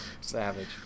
savage